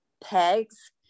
pegs